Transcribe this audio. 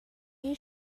you